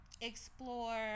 explore